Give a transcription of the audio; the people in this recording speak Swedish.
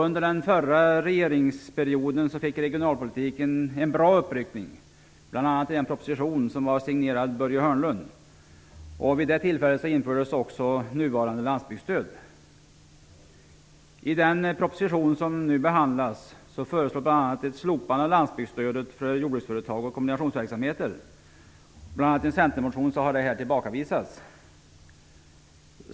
Under den förra regeringsperioden fick regionalpolitiken en bra uppryckning, bl.a. i en proposition signerad av Börje Hörnlund. Vid det tillfället infördes nuvarande landsbygdsstöd. I den proposition som nu behandlas föreslås bl.a. ett slopande av landbygdsstödet för jordbruksföretag och kombinationsverksamheter. Bl.a. i en centermotion har det förslaget tillbakavisats.